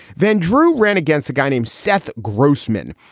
van drew ran against a guy named seth grossman.